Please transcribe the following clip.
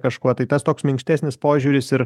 kažkuo tai tas toks minkštesnis požiūris ir